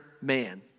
man